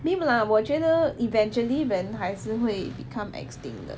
没有啦我觉得 eventually when 还是会 become extinct 的